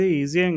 easy